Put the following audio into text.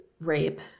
rape